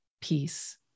peace